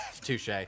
touche